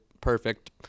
perfect